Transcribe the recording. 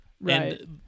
Right